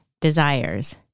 desires